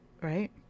Right